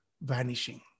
vanishing